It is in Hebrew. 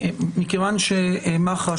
מכיוון שמח"ש,